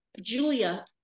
Julia